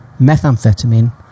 methamphetamine